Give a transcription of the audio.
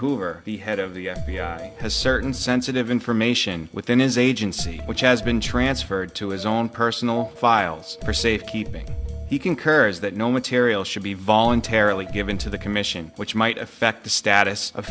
hoover the head of the f b i has certain sensitive information within his agency which has been transferred to his own personal files for safekeeping curs that no material should be voluntarily given to the commission which might affect the status of